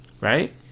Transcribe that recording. right